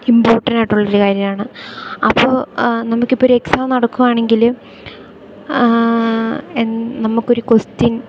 important ആയിട്ടുള്ളൊരു കാര്യമാണ് അപ്പോൾ നമുക്കിപ്പോഴൊരു എക്സാം നടക്കുകയാണെങ്കിൽ നമുക്കൊരു ക്വസ്റ്റിൻ